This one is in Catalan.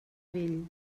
vell